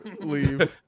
leave